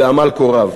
בעמל כה רב.